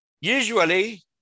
usually